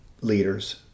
leaders